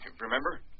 Remember